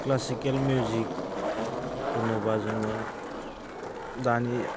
classical music होनोब्ला जोङो दानि